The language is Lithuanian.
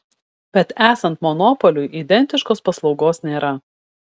bet esant monopoliui identiškos paslaugos nėra